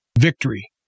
victory